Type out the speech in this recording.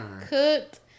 cooked